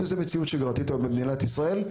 וזאת מציאות שגרתית היום במדינת ישראל,